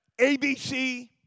ABC